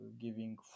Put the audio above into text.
giving